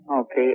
Okay